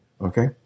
okay